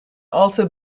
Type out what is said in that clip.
also